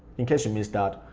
in case you missed that,